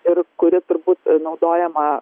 ir kuri turbūt naudojama